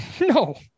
No